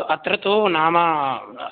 अत्र तु नाम